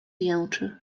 jęczy